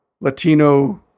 Latino